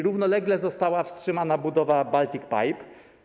Równolegle została wstrzymana budowa Baltic Pipe.